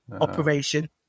operation